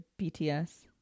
BTS